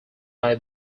may